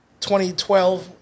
2012